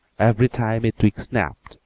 every time a twig snapped,